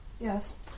Yes